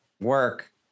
work